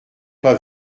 pas